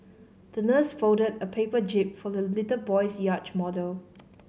the nurse folded a paper jib for the little boy's yacht model